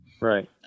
Right